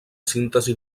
síntesi